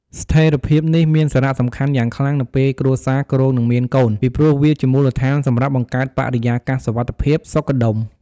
ស្ថេរភាពនេះមានសារៈសំខាន់យ៉ាងខ្លាំងនៅពេលគ្រួសារគ្រោងនឹងមានកូន ពីព្រោះវាជាមូលដ្ឋានសម្រាប់បង្កើតបរិយាកាសសុវត្ថិភាព សុខដុម ។